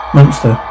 Monster